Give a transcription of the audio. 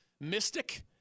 mystic